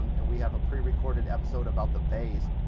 and we have a prerecorded episode about the base.